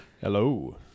Hello